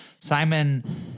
Simon